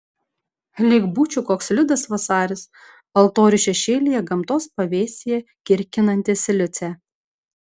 lyg būčiau koks liudas vasaris altorių šešėlyje gamtos pavėsyje kirkinantis liucę